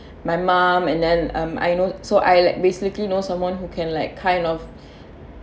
my mom and then um I know so I like basically know someone who can like kind of